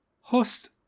host